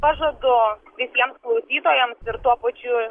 pažadu visiems klausytojams ir tuo pačiu